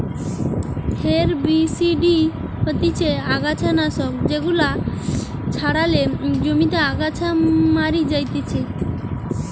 herbicide হতিছে অগাছা নাশক যেগুলা ছড়ালে জমিতে আগাছা মরি যাতিছে